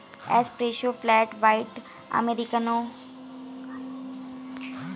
espresso, flat white, americano, latte, cappuccino, mocha coffee के प्रकार हैं